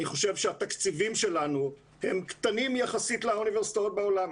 אני חושב שהתקציבים שלנו הם קטנים יחסית לאוניברסיטאות בעולם.